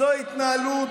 זו התנהלות?